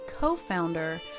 co-founder